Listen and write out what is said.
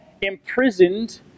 imprisoned